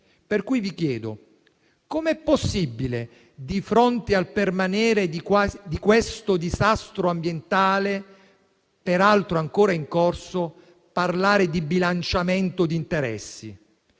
Per cui vi chiedo: come è possibile, di fronte al permanere di questo disastro ambientale, peraltro ancora in corso, parlare di bilanciamento di interessi?